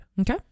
Okay